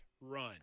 run